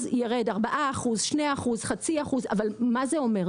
אז ירד המחיר בין 4%-0.5% אבל מה זה אומר?